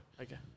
Okay